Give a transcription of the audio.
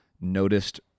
noticed